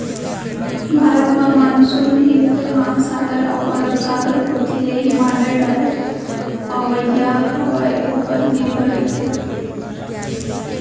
भारत म मानसून हिंद महासागर अउ अरब सागर कोती ले हिमालय डहर अवइया हवा उपर निरभर रथे